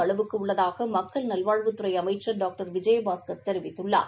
அளவுக்கு உள்ளதாக மக்கள் நல்வாழ்வுத்துறை அமைச்சர் டாக்டர் விஜயபாஸ்கள் தெரிவித்துள்ளார்